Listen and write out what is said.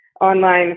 online